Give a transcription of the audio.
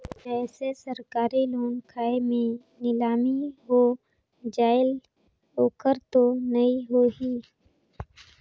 जैसे सरकारी लोन खाय मे नीलामी हो जायेल ओकर तो नइ होही?